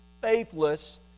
faithless